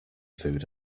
food